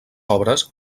obres